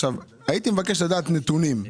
הייתי מבקש לדעת נתונים על